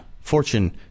Fortune